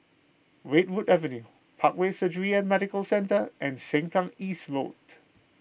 Redwood Avenue Parkway Surgery and Medical Centre and Sengkang East Road